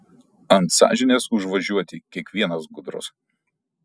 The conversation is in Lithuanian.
ant sąžinės užvažiuoti kiekvienas gudrus